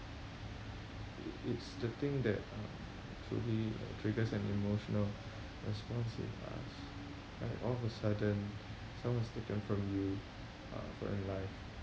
i~ it's the thing that uh could be triggers an emotional response in us like all of a sudden someone is taken from you uh from your life